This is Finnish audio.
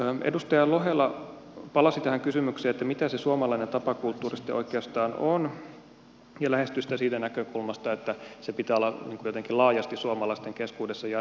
edustaja lohela palasi tähän kysymykseen mitä se suomalainen tapakulttuuri sitten oikeastaan on ja lähestyy sitä siitä näkökulmasta että sen pitää olla jotenkin laajasti suomalaisten keskuudessa jaettu näkemys